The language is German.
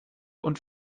und